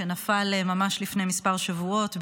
שנפל ממש לפני מספר שבועות,